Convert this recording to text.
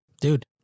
dude